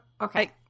okay